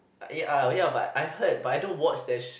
eh ya but I heard but I don't watch that